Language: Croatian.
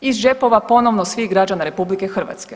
Iz džepova ponovno svih građana RH.